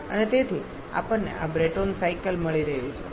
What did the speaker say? અને તેથી અમને આ બ્રેટોન સાયકલ મળી રહ્યું છે